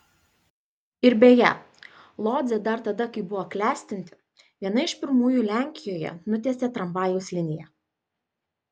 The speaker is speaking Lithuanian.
ir beje lodzė dar tada kai buvo klestinti viena iš pirmųjų lenkijoje nutiesė tramvajaus liniją